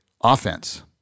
offense